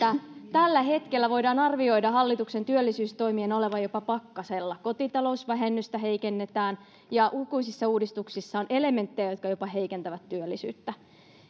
tällä hetkellä voidaan arvioida hallituksen työllisyystoimien olevan jopa pakkasella kotitalousvähennystä heikennetään ja lukuisissa uudistuksissa on elementtejä jotka jopa heikentävät työllisyyttä